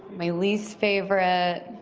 my least favorite.